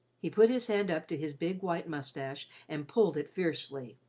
he put his hand up to his big white mustache and pulled it fiercely.